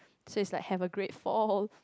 so is like have a great fall